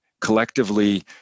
collectively